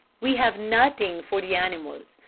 we have nutting for de animals.